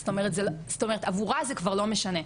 זאת אומרת עבורה זה כבר לא משנה,